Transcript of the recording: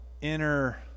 inner